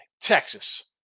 Texas